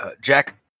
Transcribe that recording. Jack